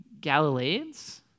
Galileans